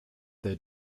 they